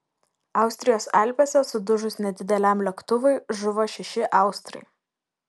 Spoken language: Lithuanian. austrijos alpėse sudužus nedideliam lėktuvui žuvo šeši austrai